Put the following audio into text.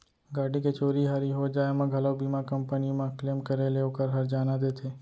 गाड़ी के चोरी हारी हो जाय म घलौ बीमा कंपनी म क्लेम करे ले ओकर हरजाना देथे